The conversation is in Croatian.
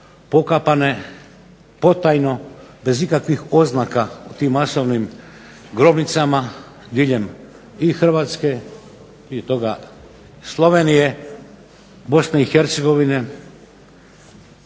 pokapane potajno bez ikakvih oznaka u tim masovnim grobnicama diljem i Hrvatske i Slovenije, BiH, Vojvodine?